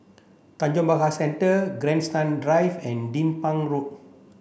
Tanjong Pagar Centre Grandstand Drive and Din Pang Road